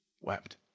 wept